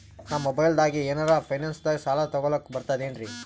ನಾ ಮೊಬೈಲ್ದಾಗೆ ಏನರ ಫೈನಾನ್ಸದಾಗ ಸಾಲ ತೊಗೊಲಕ ಬರ್ತದೇನ್ರಿ?